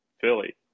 Philly